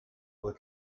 were